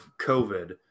COVID